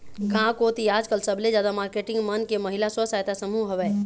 गांव कोती आजकल सबले जादा मारकेटिंग मन के महिला स्व सहायता समूह हवय